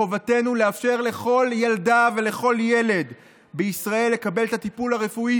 מחובתנו לאפשר לכל ילדה ולכל ילד בישראל לקבל את הטיפול הרפואי